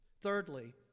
Thirdly